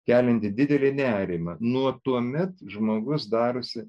keliantį didelį nerimą nuo tuomet žmogus darosi